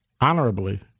honorably